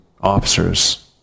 officers